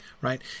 right